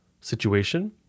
situation